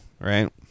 right